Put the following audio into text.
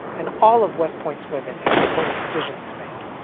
and all of west point's women had important decisions to make.